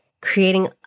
creating